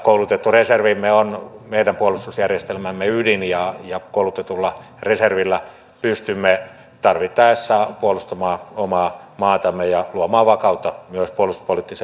koulutettu reservimme on meidän puolustusjärjestelmämme ydin ja koulutetulla reservillä pystymme tarvittaessa puolustamaan omaa maatamme ja luomaan vakautta myös puolustuspoliittiseen ympäristöömme